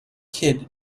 kid